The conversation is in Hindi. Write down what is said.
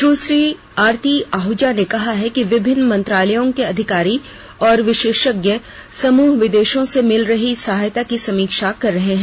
सुश्री आरती आहजा ने कहा है कि विभिन्न मंत्रालयों के अधिकारी और विशेषज्ञ समूह विदेशों से मिल रही सहायता की समीक्षा कर रहे हैं